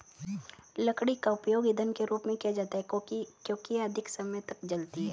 लकड़ी का उपयोग ईंधन के रूप में किया जाता है क्योंकि यह अधिक समय तक जलती है